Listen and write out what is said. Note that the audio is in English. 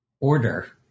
order